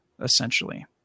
essentially